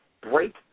Break